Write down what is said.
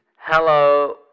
hello